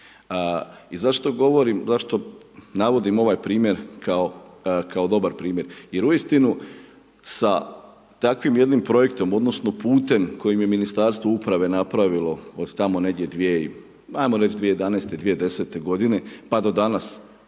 plaću. I zašto navodim ovaj primjer, kao dobar primjer, jer uistinu sa takvim jednim projektom, odnosno, putem, koji Ministarstvo uprave napravilo od tamo negdje 2011., 2010. g. pa do danas.